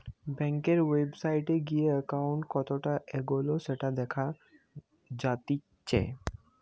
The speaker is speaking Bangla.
বেংকের ওয়েবসাইটে গিয়ে একাউন্ট কতটা এগোলো সেটা দেখা জাতিচ্চে